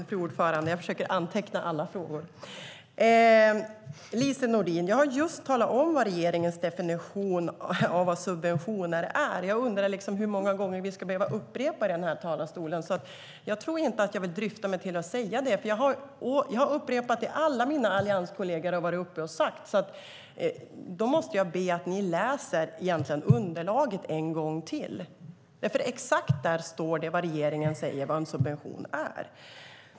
Fru talman! Jag försöker anteckna alla frågor. Lise Nordin! Jag har just talat om vad regeringens definition av subventioner är. Jag undrar hur många gånger vi ska behöva upprepa det i den här talarstolen. Jag tror inte att jag vill säga det, för jag har upprepat det som alla mina allianskolleger har varit uppe och sagt. Då måste jag be att ni läser underlaget en gång till, för där står det exakt vad regeringen säger om vad en subvention är.